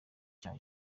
cya